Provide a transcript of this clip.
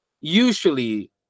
usually